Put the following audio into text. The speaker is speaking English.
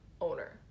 owner